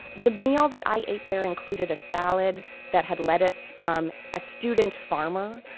the meal that i ate there included a salad that had lettuce from a student farmer.